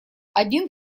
один